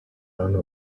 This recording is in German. eine